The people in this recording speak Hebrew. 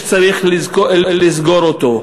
שצריך לסגור אותו,